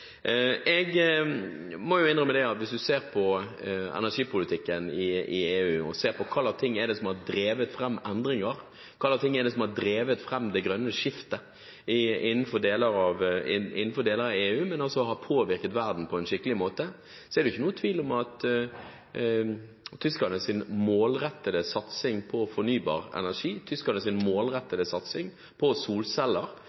Jeg må innrømme at hvis en ser på energipolitikken i EU og på hvilke ting som har drevet fram endringer, hva som har drevet fram det grønne skiftet innenfor deler av EU, men som også har påvirket verden på en skikkelig måte, så er det ikke noen tvil om at tyskernes målrettede satsing på fornybar energi,